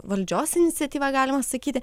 valdžios iniciatyva galima sakyti